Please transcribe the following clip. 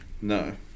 No